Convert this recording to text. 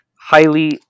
highly